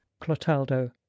clotaldo